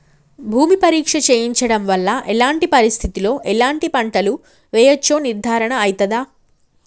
భూమి పరీక్ష చేయించడం వల్ల ఎలాంటి పరిస్థితిలో ఎలాంటి పంటలు వేయచ్చో నిర్ధారణ అయితదా?